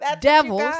devils